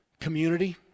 community